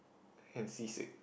and seasick